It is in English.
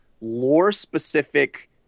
lore-specific